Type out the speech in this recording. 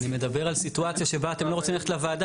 אני מדבר על סיטואציה שבה אתם לא רוצים ללכת לוועדה.